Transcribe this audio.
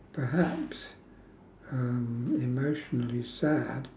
perhaps um emotionally sad